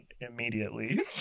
immediately